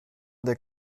der